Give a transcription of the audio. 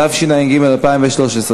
התשע"ג 2013,